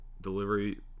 delivery